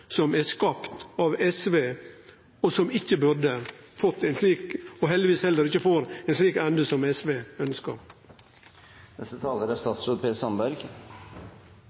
som er skapt av SV, og som ikkje burde fått – og heldigvis heller ikkje får – ein slik ende som SV